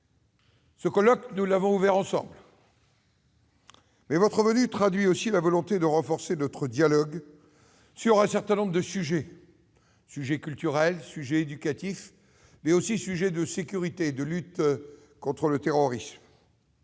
», colloque que nous avons ouvert ensemble. Mais votre venue traduit aussi la volonté de renforcer notre dialogue sur un certain nombre de sujets, tels que la culture, l'éducation, mais aussi la sécurité et la lutte contre le terrorisme.